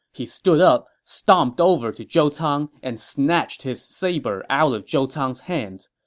he stood up, stomped over to zhou cang, and snatched his saber out of zhou cang's hands,